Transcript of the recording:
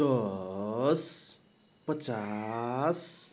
दस पचास